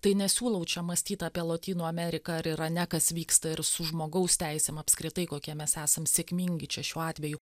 tai nesiūlau čia mąstyt apie lotynų ameriką ar yra ne kas vyksta ir su žmogaus teisėm apskritai kokie mes esam sėkmingi čia šiuo atveju